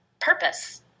purpose